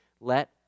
Let